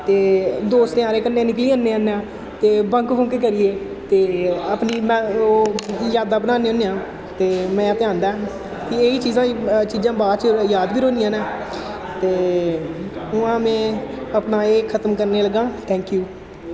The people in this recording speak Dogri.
ते दोस्तें यारें कन्नै निकली जन्ने होन्ने आं ते बंक बुंक करियै ते अपनी में ओह् यादां बन्नाने होन्ने आं ते मजा ते औंदा ऐ ते इ'यै चीजां चीजां बाद च याद बी रौह्नियां न ते उ'आं में अपना एह् खत्म करन लगा आं थैंक्यू